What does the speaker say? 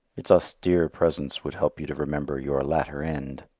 its austere presence would help you to remember your latter end.